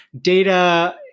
Data